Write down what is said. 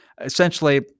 essentially